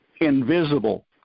invisible